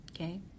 Okay